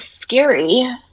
scary